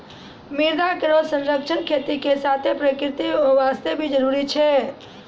मृदा केरो संरक्षण खेती के साथें प्रकृति वास्ते भी जरूरी छै